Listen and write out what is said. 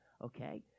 okay